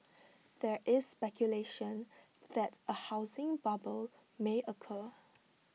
there is speculation that A housing bubble may occur